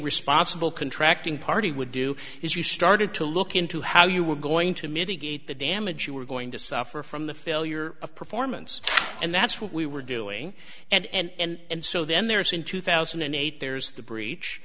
responsible contracting party would do is you started to look into how you were going to mitigate the damage you were going to suffer from the failure of performance and that's what we were doing and so then there is in two thousand and eight there's the breach